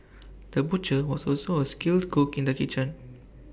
the butcher was also A skilled cook in the kitchen